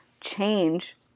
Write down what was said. change